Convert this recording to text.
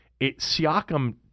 Siakam